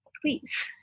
Please